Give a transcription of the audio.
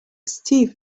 steve